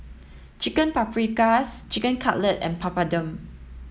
Chicken Paprikas Chicken Cutlet and Papadum